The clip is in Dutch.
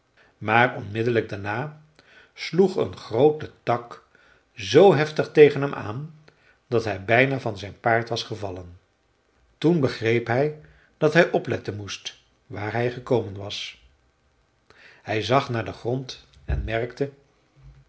maar onmiddellijk daarna sloeg een groote tak zoo heftig tegen hem aan dat hij bijna van zijn paard was gevallen toen begreep hij dat hij opletten moest waar hij gekomen was hij zag naar den grond en merkte